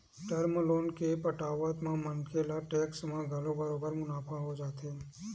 term loan के पटावत म मनखे ल टेक्स म घलो बरोबर मुनाफा हो जाथे